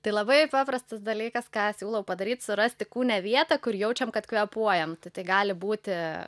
tai labai paprastas dalykas ką siūlau padaryt surasti kūne vietą kur jaučiam kad kvėpuojam tai tai gali būti